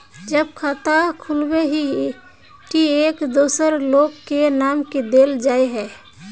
जब खाता खोलबे ही टी एक दोसर लोग के नाम की देल जाए है?